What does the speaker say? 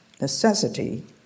Necessity